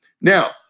Now